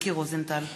מיקי רוזנטל,